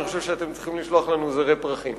אני חושב שאתם צריכים לשלוח לנו זרי פרחים.